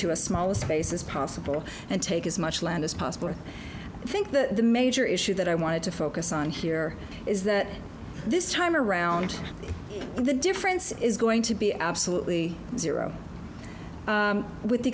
to a smaller space as possible and take as much land as possible i think the major issue that i wanted to focus on here is that this time around the difference is going to be absolutely zero with the